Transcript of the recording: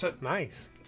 Nice